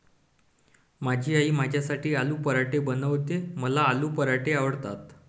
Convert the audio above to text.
माझी आई माझ्यासाठी आलू पराठे बनवते, मला आलू पराठे आवडतात